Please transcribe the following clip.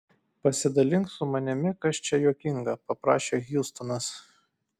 pasidalink su manimi kas čia juokinga paprašė hjustonas